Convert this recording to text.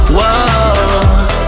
Whoa